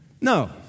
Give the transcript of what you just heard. No